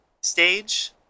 stage